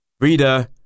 Reader